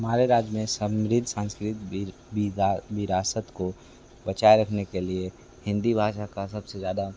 हमारे राज्य में समृद्ध सांस्कृतिक विरासत को बचाए रखने के लिए हिंदी भाषा का सब से ज़्यादा